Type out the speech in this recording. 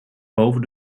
boven